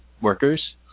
workers